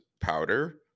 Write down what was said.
powder